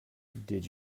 did